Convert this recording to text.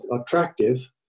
attractive